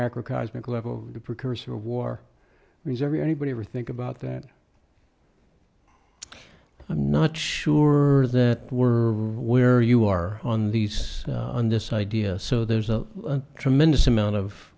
macro cosmic level the precursor of war means every anybody ever think about that i'm not sure that we're where you are on these on this idea so there's a tremendous amount of